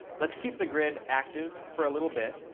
let's keep the grid active for a little bit.